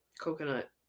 coconut